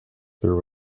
there